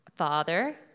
Father